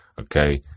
okay